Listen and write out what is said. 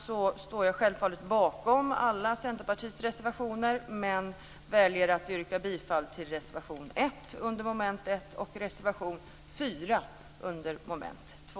Jag står självfallet bakom alla Centerpartiets reservationer, men jag väljer att yrka bifall till reservation 1 under mom. 1 och reservation 4 under mom. 2.